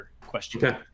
question